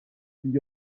gli